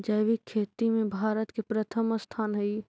जैविक खेती में भारत के प्रथम स्थान हई